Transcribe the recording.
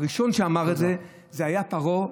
הראשון שאמר את זה היה פרעה,